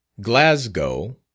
Glasgow